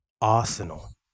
Arsenal